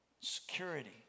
security